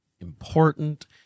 important